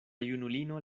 junulino